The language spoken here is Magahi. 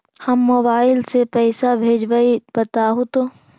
हम मोबाईल से पईसा भेजबई बताहु तो?